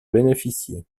bénéficier